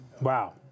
Wow